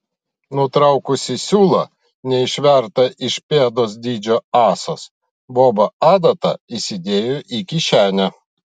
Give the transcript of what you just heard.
nutraukusi siūlą neišvertą iš pėdos dydžio ąsos boba adatą įsidėjo į kišenę